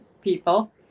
people